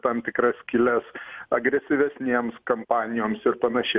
tam tikras skyles agresyvesnėms kampanijoms ir panašiai